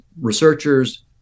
researchers